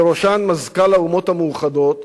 ובראשן מזכ"ל האומות המאוחדות,